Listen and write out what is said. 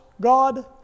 God